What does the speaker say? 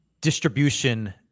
distribution